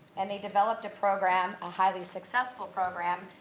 and they developed a program, a highly successful program,